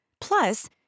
Plus